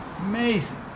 Amazing